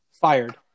fired